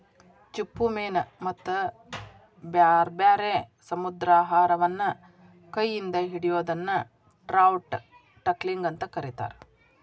ಚಿಪ್ಪುಮೇನ ಮತ್ತ ಬ್ಯಾರ್ಬ್ಯಾರೇ ಸಮುದ್ರಾಹಾರವನ್ನ ಕೈ ಇಂದ ಹಿಡಿಯೋದನ್ನ ಟ್ರೌಟ್ ಟಕ್ಲಿಂಗ್ ಅಂತ ಕರೇತಾರ